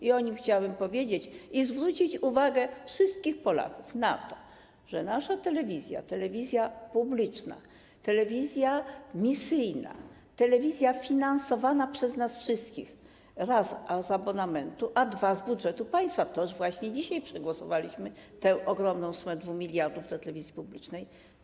I o nim chciałabym powiedzieć i zwrócić uwagę wszystkich Polaków na to, co robi nasza telewizja, telewizja publiczna, telewizja misyjna, telewizja finansowana przez nas wszystkich: raz - z abonamentu, a dwa - z budżetu państwa, toż właśnie dzisiaj przegłosowaliśmy tę ogromną sumę 2 mld zł dla telewizji publicznej.